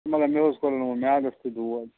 مگر مےٚ حظ کوٚرُن وۅنۍ میادَس تہِ دود